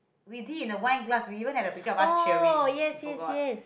we did in a wine glass we even had a picture of us cheering you forgot